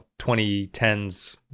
2010s